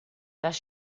das